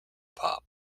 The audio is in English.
pop